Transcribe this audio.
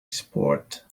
sport